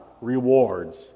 rewards